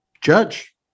Judge